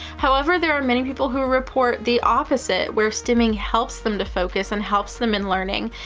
however, there are many people who report the opposite, where stimming helps them to focus and helps them in learning,